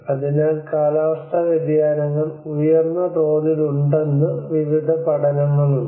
അതിനാൽ കാലാവസ്ഥാ വ്യതിയാനങ്ങൾ ഉയർന്ന തോതിൽ ഉണ്ടെന്ന് വിവിധ പഠനങ്ങളുണ്ട്